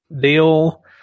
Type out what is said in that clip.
deal